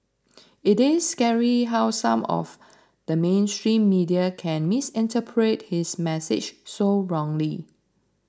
it is scary how some of the mainstream media can misinterpret his message so wrongly